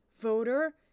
Voter